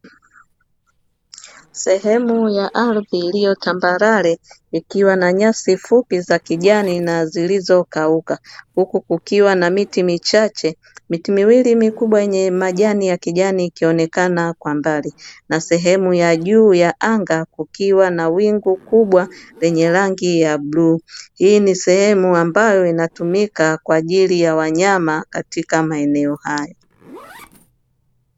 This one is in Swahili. Sehemu ya ardhi iliyo tambarare ikiwa na nyasi fupi za kijani na zilizokauka, huku kukiwa na miti michache. Miti miwili mikubwa yenye majani ya kijani ikionekana kwa mbali na sehemu ya juu ya anga kukiwa na wingu kubwa lenye rangi ya bluu. Hii ni sehemu ambayo inatumika kwa ajili ya wanyama katika maeneo hayo.